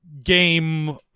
game